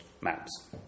maps